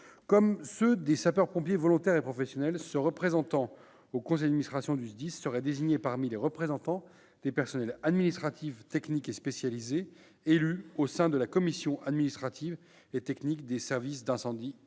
Comme ceux des sapeurs-pompiers volontaires et professionnels, ce représentant au conseil d'administration du SDIS serait désigné parmi les représentants des personnels administratifs, techniques et spécialisés élus au sein de la commission administrative et technique des services d'incendie et